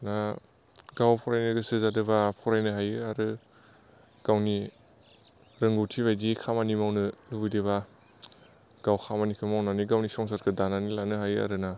दा गाव फरायनो गोसो जादोंबा फरायनो हायो आरो गावनि रोंगौथि बायदि खामानि मावनो लुबैदोबा गाव खामानिखौ मावनानै गावनि संसारखौ दानानै लानो हायो आरो ना